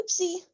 oopsie